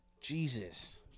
Jesus